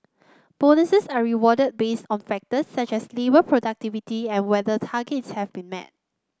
bonuses are awarded based on factors such as labour productivity and whether targets have been met